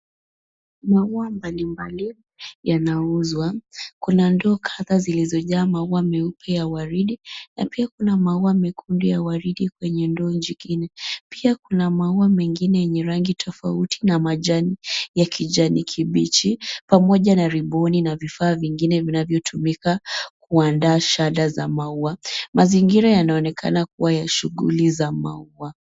Maua mbalimbali yanauzwa, kuna duka zilizojaa maua meupe ya waridi na pia kuna maua mekundu ya waridi kwenye ndoo jingine. Pia kuna maua mengine yenye rangi tofauti na majani ya kijani kibichi pamoja na ribbon na vifaa vingine vinavyotumika kuandaa shada za maua. Mazingira yanaonekana kuwa ya shughuli za maua.